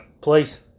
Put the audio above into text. Please